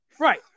Right